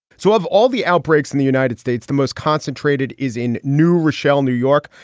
so have all the outbreaks in the united states. the most concentrated is in new rochelle, new york,